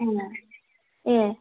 ए ए